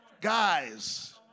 guys